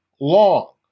long